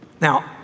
Now